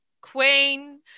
Queen